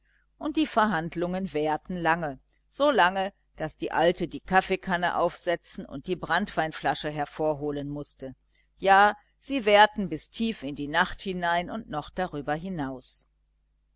und die verhandlungen währten lange so lange daß die alte die kaffeekanne aufsetzen und die branntweinflasche hervorholen mußte ja sie währten bis tief in die nacht hinein und noch darüber hinaus